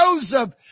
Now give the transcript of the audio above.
Joseph